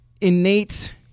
innate